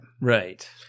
right